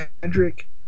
Kendrick